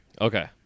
Okay